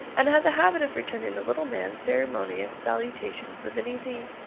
and had the habit of returning the little man's ceremonious salutations with an easy,